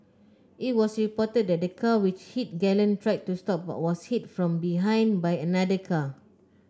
it was reported that the car which hit Galen tried to stop but was hit from behind by another car